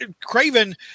Craven